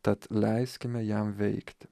tad leiskime jam veikti